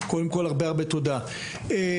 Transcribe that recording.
תודה רבה.